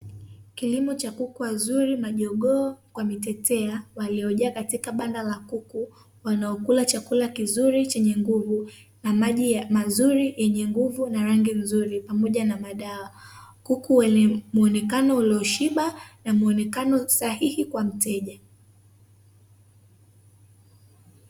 Kilimo cha kuku wazuri majogoo kwa mitetea, waliojaa katika banda la kuku, wanaokula chakula kizuri chenye nguvu na maji mazuri yenye nguvu na rangi nzuri, pamoja na madawa. Kuku wenye muonekano ulioshiba na muonekano sahihi kwa mteja.